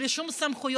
בלי שום סמכויות,